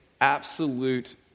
absolute